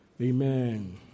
Amen